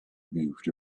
moved